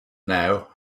now